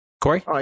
Corey